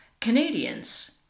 Canadians